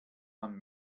man